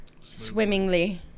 swimmingly